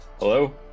Hello